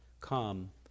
Come